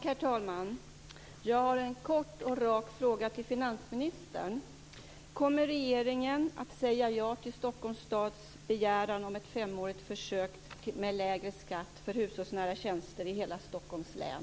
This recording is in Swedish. Herr talman! Jag har en kort och rak fråga till finansministern: Kommer regeringen att säga ja till Stockholms stads begäran om ett femårigt försök med lägre skatt för hushållsnära tjänster i hela Stockholms län?